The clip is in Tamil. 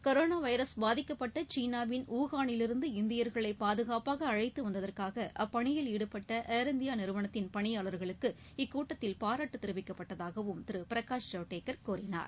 கரோனா வைரஸ் பாதிக்கப்பட்ட சீனாவின் வூகானிலிருந்து இந்தியர்களை பாதுகாப்பாக அழைத்து வந்ததற்காக அப்பணியில் ஈடுபட்ட ஏர்இந்தியா நிறுவனத்தின் பணியாளர்களுக்கு இக்கூட்டத்தில் பாராட்டு தெரிவிக்கப்பட்டதாகவும் திரு பிரகாஷ் ஜவ்டேக்கர் கூறினார்